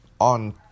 on